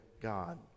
god